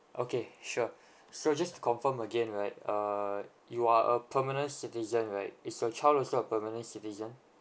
okay sure so just to confirm again right uh you are a permanent citizen right is your child also a permanent citizen